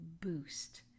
boost